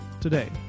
today